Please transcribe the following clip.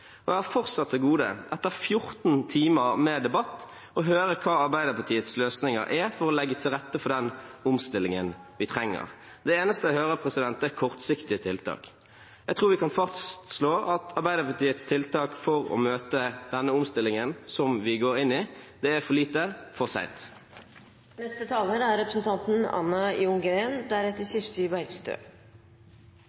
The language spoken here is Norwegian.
Jeg har fortsatt til gode etter 14 timer med debatt å høre hva Arbeiderpartiets løsninger er for å legge til rette for den omstillingen vi trenger. Det eneste jeg hører, er kortsiktige tiltak. Jeg tror vi kan fastslå at Arbeiderpartiets tiltak for å møte den omstillingen som vi går inn i, er «for lite, for sent». Gjennom denne debatten disse to dagene har Høyre og Fremskrittspartiet påstått at det er